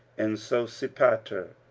and sosipater,